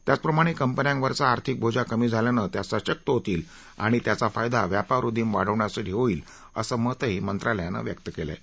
त्याचप्रमाणे कंपन्यांवरचा आर्थिक बोजा कमी झाल्यानं त्या सशक होतील आणि त्याचा फायदा व्यापारउदीम वाढवण्यासाठी होईल असं मतही मंत्रालयानं व्यक्त केलं आहे